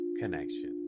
connection